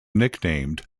nicknamed